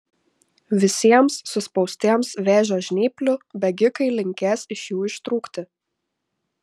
visiems suspaustiems vėžio žnyplių bėgikai linkės iš jų ištrūkti